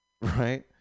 right